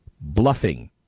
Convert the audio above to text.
bluffing